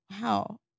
Wow